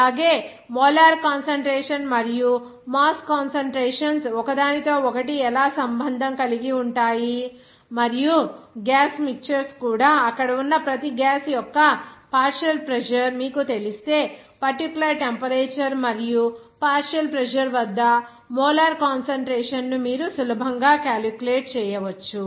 అలాగే molar concentration మరియు mass concentrations ఒకదానితో ఒకటి ఎలా సంబంధం కలిగి ఉంటాయి మరియు గ్యాస్ మిక్చర్స్ కూడా అక్కడ ఉన్న ప్రతి గ్యాస్ యొక్క పార్షియల్ ప్రెజర్ మీకు తెలిస్తే పర్టిక్యులర్ టెంపరేచర్ మరియు పార్షియల్ ప్రెజర్ వద్ద మోలార్ కాన్సంట్రేషన్ ను మీరు సులభంగా క్యాలిక్యులేట్ చేయవచ్చు